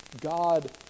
God